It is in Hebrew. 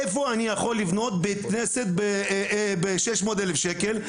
איפה אני יכול לבנות בית כנסת ב- 600 אלף שקל,